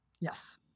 Yes